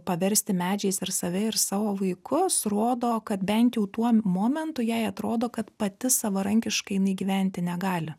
paversti medžiais ir save ir savo vaikus rodo kad bent jau tuo momentu jai atrodo kad pati savarankiškai jinai gyventi negali